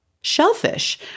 Shellfish